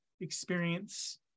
experience